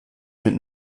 mit